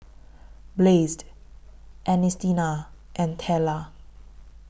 Blaze Ernestina and Tella